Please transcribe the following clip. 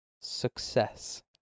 success